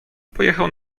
pojechał